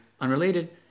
unrelated